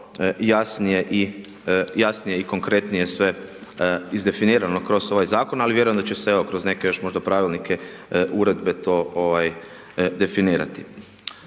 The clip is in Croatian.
jasnije i konkretnije sve izdefinirano kroz ovaj Zakon, ali vjerujem da će se, evo, kroz neke još možda Pravilnike, Uredbe, to definirati.